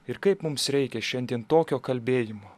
ir kaip mums reikia šiandien tokio kalbėjimo